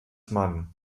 mann